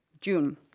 June